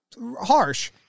harsh